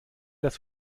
das